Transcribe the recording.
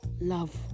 Love